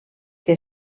que